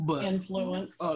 influence